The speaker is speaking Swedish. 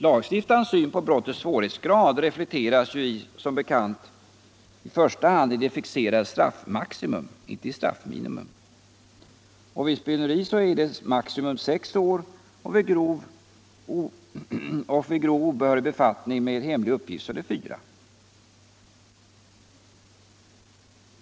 Lagstiftarens syn på brottets svårighetsgrad reflekteras som bekant i första hand i det fixerade straffmaximum, inte i straffminimum. Vid spioneri är maximistraffet sex år och vid grov obehörig befattning med hemlig uppgift är det fyra år.